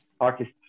artist